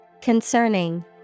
Concerning